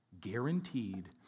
guaranteed